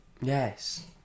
Yes